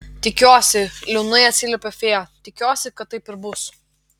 tikiuosi liūdnai atsiliepė fėja tikiuosi kad taip ir bus